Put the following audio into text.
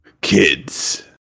kids